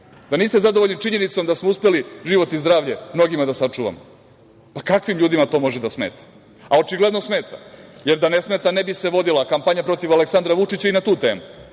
da niste zadovoljni činjenicom da smo uspeli život i zdravlje mnogima da sačuvamo? Kakvim ljudima to može da smeta? Očigledno smeta, jer da ne smeta ne bi se vodila kampanja protiv Aleksandra Vučića i na tu temu